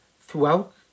throughout